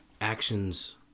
actions